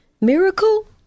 Miracle